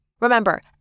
Remember